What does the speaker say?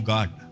God